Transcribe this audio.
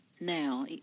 now